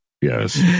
Yes